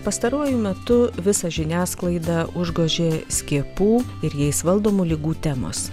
pastaruoju metu visą žiniasklaidą užgožė skiepų ir jais valdomų ligų temos